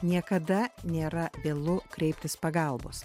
niekada nėra vėlu kreiptis pagalbos